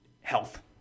health